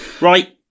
right